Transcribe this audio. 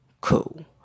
Cool